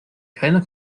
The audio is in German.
keiner